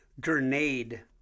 Grenade